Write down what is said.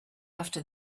after